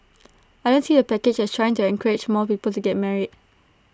I don't see the package as trying to encourage more people to get married